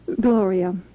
Gloria